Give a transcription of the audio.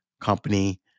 company